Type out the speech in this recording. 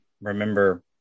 remember